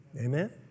Amen